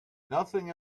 nothing